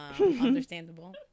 Understandable